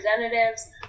representatives